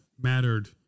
mattered